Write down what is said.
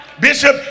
Bishop